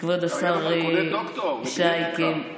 דוקטור לגנטיקה.